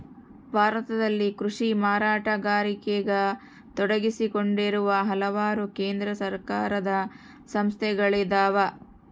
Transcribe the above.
ಭಾರತದಲ್ಲಿ ಕೃಷಿ ಮಾರಾಟಗಾರಿಕೆಗ ತೊಡಗಿಸಿಕೊಂಡಿರುವ ಹಲವಾರು ಕೇಂದ್ರ ಸರ್ಕಾರದ ಸಂಸ್ಥೆಗಳಿದ್ದಾವ